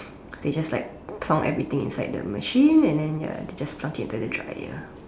they just like plonk everything inside the machine and then ya they just plonk it into the dryer